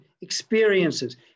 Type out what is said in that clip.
experiences